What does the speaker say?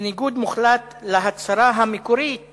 בניגוד מוחלט להצהרה המקורית